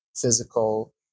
physical